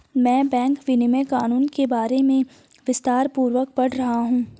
मैं बैंक विनियमन कानून के बारे में विस्तारपूर्वक पढ़ रहा हूं